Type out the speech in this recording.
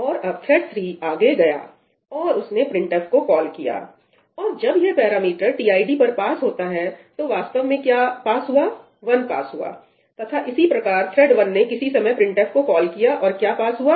और अब थ्रेड् 3 आगे गया और उसने printf को कॉल किया और जब यह पैरामीटर tid पर पास होता है तो वास्तव में क्या पास हुआ 1 पास हुआ तथा इसी प्रकार थ्रेड् 1 ने किसी समय printf को कॉल कियाऔर क्या पास हुआ